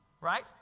Right